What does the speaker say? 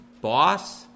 Boss